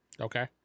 Okay